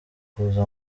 kuza